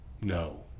no